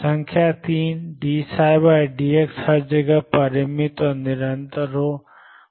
संख्या 3 dψdx हर जगह परिमित और निरंतर हो